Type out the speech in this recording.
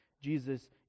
Jesus